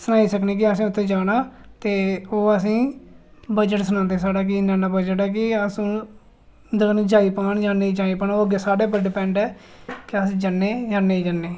सनाई सकने की असें उत्थै जाना ते ओह् असेंगी बजट सनांदे साढ़ा कि अस उं'दे कन्नै जाई पान जां नेईं जाई पान ओह् अग्गें साढ़े पर डिपैंड ऐ कि अस जन्ने जां नेईं जन्ने